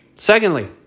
Secondly